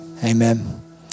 Amen